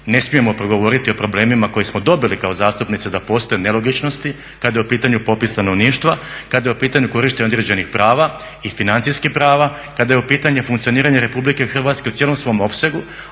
ne smijemo progovoriti o problemima koje smo dobili kao zastupnici da postoje nelogičnosti kada je u pitanju popis stanovništva, kada je u pitanju korištenje određenih prava i financijskih prava, kada je u pitanju funkcioniranje RH u cijelom svom opsegu,